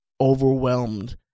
overwhelmed